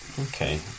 Okay